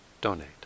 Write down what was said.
donate